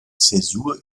zäsur